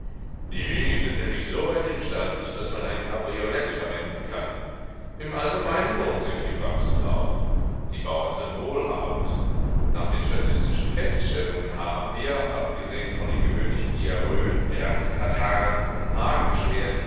die wege sind nämlich soweit imstand daß man ein kabriolett verwenden kann im allgemeinen lohnt sich die praxis auch die bauern sind wohlhabend nach den statistischen feststellungen haben wir abgesehen von den gewöhnlichen diarrhöen rachenkatarrhen und magenbeschwerden